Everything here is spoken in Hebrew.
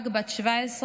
רק בת 17,